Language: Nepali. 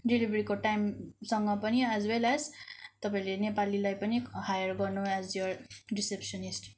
डेलिभरीको टाइमसँग पनि एज वेल एज तपाईँले नेपालीलाई पनि हायर गर्नु एज युवर रिसिप्सेनिस्ट